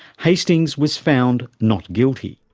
hastings was found not guilty.